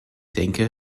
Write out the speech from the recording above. denke